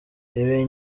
ibi